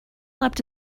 leapt